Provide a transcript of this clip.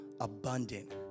abundant